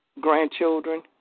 grandchildren